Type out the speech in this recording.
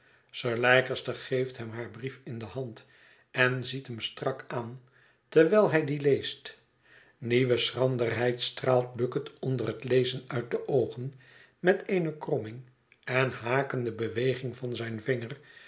sir leicester geeft hem haar brief in de hand en ziet hem strak aan terwijl hij dien leest nieuwe schranderheid straalt bucket onder het lezen uit de oogen met eene kromming en hakende beweging van zijn vinger